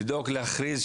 לדאוג להכריז,